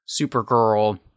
Supergirl